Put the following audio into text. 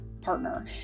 partner